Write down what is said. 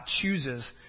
chooses